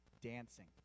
Dancing